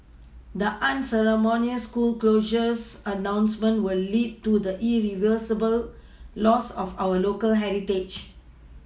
the unceremonious school closures announcement will lead to the irreversible loss of our local heritage